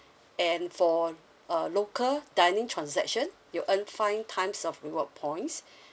and for uh local dining transaction you earn five times of reward points